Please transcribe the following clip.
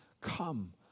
come